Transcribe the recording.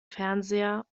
fernseher